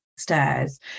Stairs